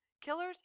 killers